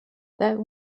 that